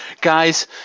guys